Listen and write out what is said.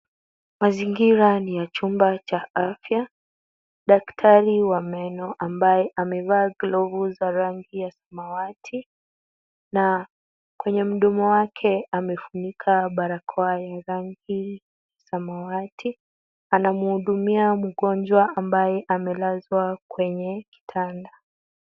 Mazingira ni ya chumba cha afya. Daktari wa meno ambaye amevaa glove za rangi ya samawati na kwenye mdomo wake amefunika barakoa ya rangi samawati. Anamhudumia mgonjwa ambaye amelazwa kwenye kitanda.